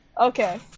Okay